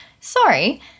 sorry